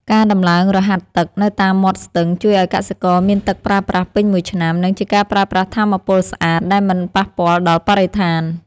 ការដំឡើងរហាត់ទឹកនៅតាមមាត់ស្ទឹងជួយឱ្យកសិករមានទឹកប្រើប្រាស់ពេញមួយឆ្នាំ និងជាការប្រើប្រាស់ថាមពលស្អាតដែលមិនប៉ះពាល់ដល់បរិស្ថាន។